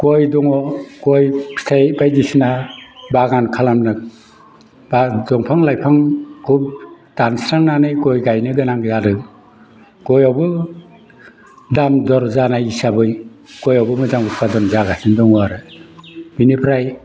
गय दङ गय फिथाइ बायदिसिना बागान खालामगोन बा दंफां लाइफांखौ दानस्रांनानै गय गायनो गोनां जादों गयावबो दाम दर जानाय हिसाबै गयावबो मोजां उदपादन जागासिनो दङ आरो बेनिफ्राय